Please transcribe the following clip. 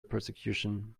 persecution